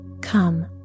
Come